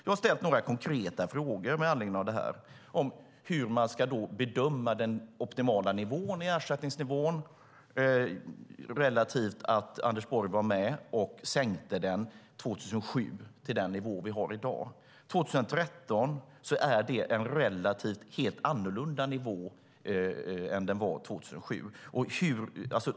Jag har ställt några konkreta frågor om hur man ska bedöma den optimala ersättningsnivån, relativt att Anders Borg var med och sänkte den 2007 till den nivå vi har i dag. 2013 är det en relativt sett helt annorlunda nivå än 2007.